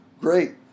great